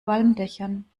walmdächern